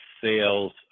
sales